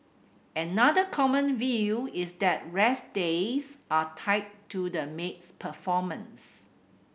another common view is that rest days are tied to the maid's performance